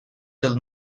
del